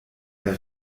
der